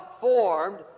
formed